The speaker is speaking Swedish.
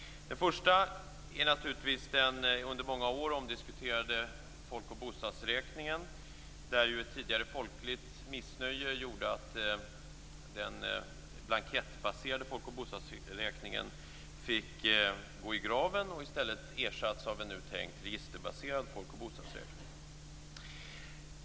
Det första är den under många år omdiskuterade folk och bostadsräkningen, där ju tidigare folkligt missnöje gjorde att den blankettbaserade folk och bostadsräkningen fick gå i graven och i stället ersattes av en nu tänkt registerbaserad folk och bostadsräkning.